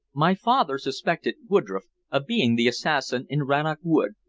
my father suspected woodroffe of being the assassin in rannoch wood,